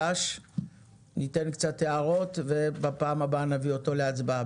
ניתן קצת הערות ובפעם הבאה נביא אותו להצבעה.